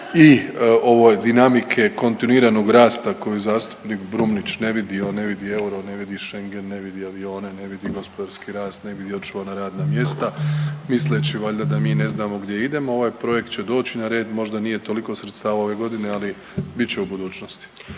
i ove dinamike kontinuiranog rasta koji zastupnik Brumnić ne vidi. On ne vidi euro, ne vidi Schengen, ne vidi avione, ne vidi gospodarski rast, ne vidi očuvana radna mjesta misleći valjda da mi ne znamo gdje idemo. Ovaj projekt će doći na red. Možda nije toliko sredstava u ovoj godini, ali bit će u budućnosti.